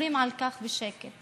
עוברים על כך בשקט.